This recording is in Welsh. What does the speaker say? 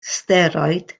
steroid